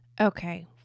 Okay